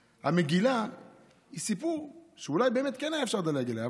המגילה היא סיפור שאולי באמת כן היה אפשר לדלג עליו,